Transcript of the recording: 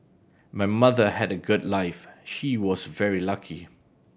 my mother had a good life she was very lucky